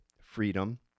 freedom